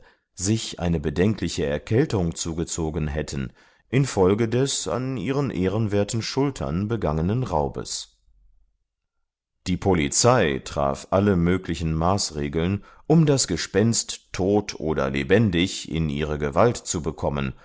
sich eine bedenkliche erkältung zugezogen hätten infolge des an ihren ehrenwerten schultern begangenen raubes die polizei traf alle möglichen maßregeln um das gespenst tot oder lebendig in ihre gewalt zu bekommen